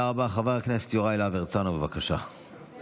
תודה